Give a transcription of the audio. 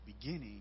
beginning